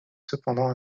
cependant